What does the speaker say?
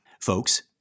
Folks